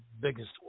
biggest